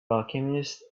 alchemist